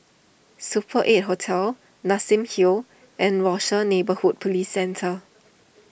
Super eight Hotel Nassim Hill and Rochor Neighborhood Police Centre